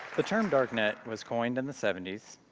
the term darknet was coined in the seventy s,